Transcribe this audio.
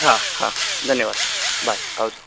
હા હા ધન્યવાદ બાય આવજો